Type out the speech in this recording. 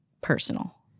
personal